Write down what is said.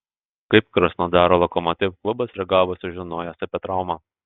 kaip krasnodaro lokomotiv klubas reagavo sužinojęs apie traumą